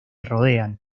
rodean